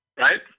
right